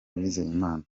uwizeyimana